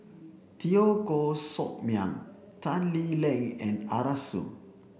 Teo Koh Sock Miang Tan Lee Leng and Arasu